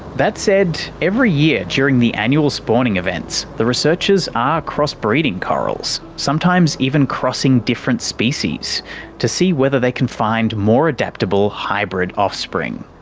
that said, every year, during the annual spawning events the researchers are cross-breeding corals, sometimes even crossing different species to see whether they can find more adaptable hybrid offspring.